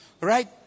Right